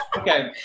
Okay